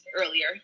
earlier